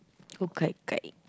go gai-gai